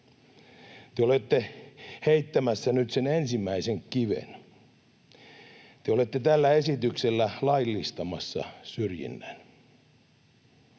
Te olette heittämässä nyt sen ensimmäisen kiven. Te olette tällä esityksellä laillistamassa syrjinnän.